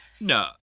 no